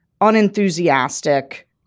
unenthusiastic